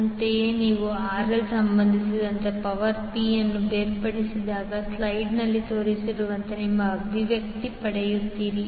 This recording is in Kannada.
ಅಂತೆಯೇ ನೀವು RL ಸಂಬಂಧಿಸಿದಂತೆ ಪವರ್ P ಅನ್ನು ಬೇರ್ಪಡಿಸಿದಾಗ ಸ್ಲೈಡ್ನಲ್ಲಿ ತೋರಿಸಿರುವಂತೆ ನೀವು ಅಭಿವ್ಯಕ್ತಿ ಪಡೆಯುತ್ತೀರಿ